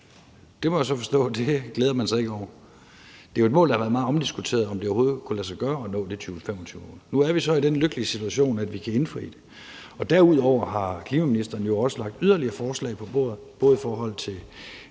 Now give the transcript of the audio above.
Det kan jeg så forstå at man ikke glæder sig over. 2025-målet har været meget omdiskuteret, med hensyn til om det overhovedet kunne lade sig gøre at nå det. Nu er vi så i den lykkelige situation, at vi kan indfri det, og derudover har klimaministeren jo også lagt yderligere forslag på bordet, både i forhold til